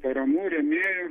paramų rėmėjų